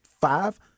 five